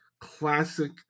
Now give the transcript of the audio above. classic